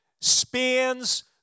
spans